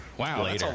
Wow